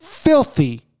filthy